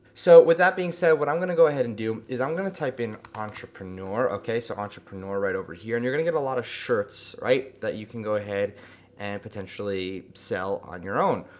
so with that being said, what i'm gonna go ahead and do is i'm gonna type in entrepreneur okay, so entrepreneur right over here, and you're gonna get a lot of shirts, right, that you can go ahead and potentially sell on your own.